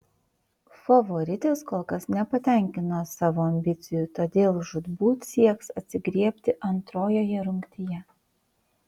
favoritės kol kas nepatenkino savo ambicijų todėl žūtbūt sieks atsigriebti antrojoje rungtyje